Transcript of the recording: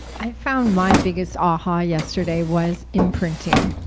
i found my biggest aha yesterday was imprinting.